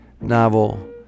novel